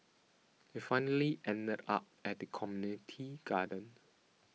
it finally ended up at the community garden